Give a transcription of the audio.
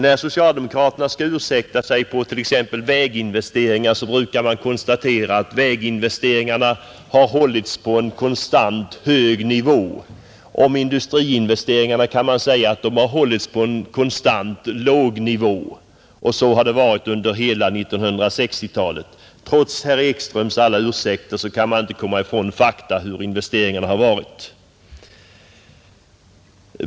När socialdemokraterna skall ursäkta sig beträffande t.ex. väginvesteringar, brukar de konstatera att väginvesteringarna har hållits på en konstant hög nivå. Om industriinvesteringarna kan man säga att de har hållits på en konstant låg nivå, och så har det varit under hela 1960-talet. Trots herr Ekströms alla ursäkter kan man inte komma ifrån fakta om investeringarna.